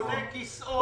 קונה כיסאות,